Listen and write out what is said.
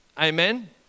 Amen